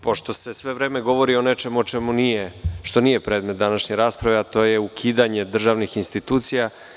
Pošto se sve vreme govori o nečemu što nije predmet današnje rasprave, a to je ukidanje državnih institucija.